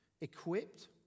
equipped